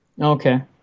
Okay